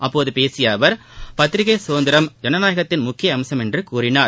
அப்போது பேசிய அவர் பத்திரிக்கை கதந்திரம் ஜனநாயகத்தின் முக்கிய அம்சம் என்று கூறினார்